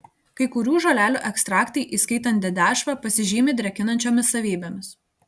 kai kurių žolelių ekstraktai įskaitant dedešvą pasižymi drėkinančiomis savybėmis